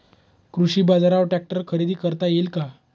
कृषी बाजारवर ट्रॅक्टर खरेदी करता येईल का?